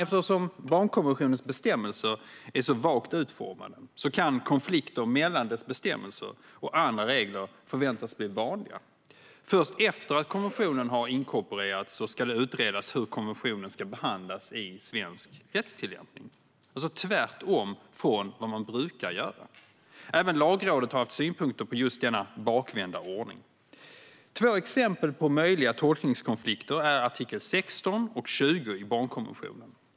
Eftersom barnkonventionens bestämmelser är så vagt utformade kan konflikter mellan dess bestämmelser och andra regler förväntas bli vanliga. Först efter att konventionen har inkorporerats ska det utredas hur konventionen ska behandlas i svensk rättstillämpning, alltså tvärtemot hur man brukar göra. Även Lagrådet har haft synpunkter på just denna bakvända ordning. Två exempel på möjliga tolkningskonflikter gäller artiklarna 16 och 20 i barnkonventionen.